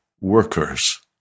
workers